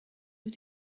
wyt